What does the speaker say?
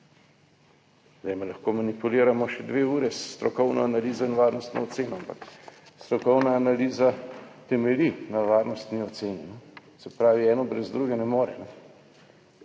Zdaj me lahko manipuliramo še dve uri s strokovno analizo in varnostno oceno, ampak strokovna analiza temelji na varnostni oceni. Se pravi, eno brez druge ne more.